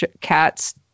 cats